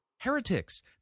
heretics